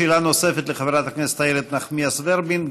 שאלה נוספת לחברת הכנסת איילת נחמיאס ורבין.